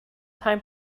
time